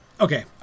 Okay